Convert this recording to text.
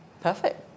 Perfect